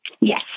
Yes